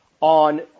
On